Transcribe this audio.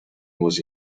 was